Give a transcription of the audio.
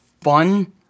fun